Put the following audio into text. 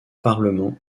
parlement